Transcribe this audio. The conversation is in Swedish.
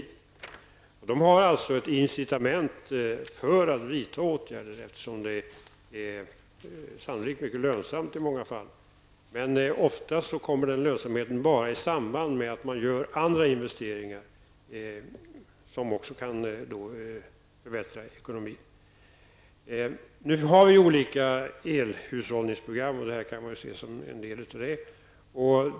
Kraftföretagen och distributorerna har ett incitament för att vidta åtgärder, eftersom det i många fall sannolikt är mycket lönsamt. Men oftast kommer lönsamheten fram enbart i samband med att andra investeringar som också kan förbättra ekonomin görs. Det finns olika elhushållningsprogram. Dessa åtgärder kan ses som en del av dessa.